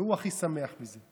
והוא הכי שמח על זה.